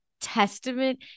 testament